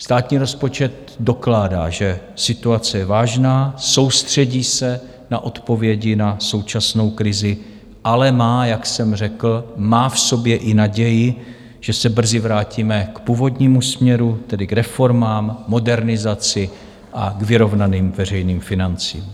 Státní rozpočet dokládá, že situace je vážná, soustředí se na odpovědi na současnou krizi, ale má, jak jsem řekl, má v sobě i naději, že se brzy vrátíme k původnímu směru, tedy k reformám, modernizaci a k vyrovnaným veřejným financím.